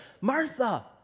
Martha